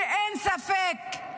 שאין ספק,